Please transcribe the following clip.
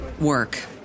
work